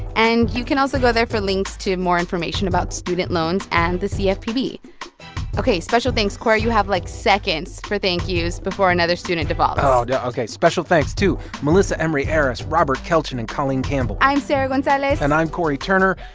and you can also go there for links to more information about student loans and the cfpb ok, special thanks. cory, you have, like, seconds for thank-you's before another student defaults oh, yeah ok. special thanks to melissa emory arris, robert kelchen and colleen campbell i'm sarah gonzalez and i'm cory turner.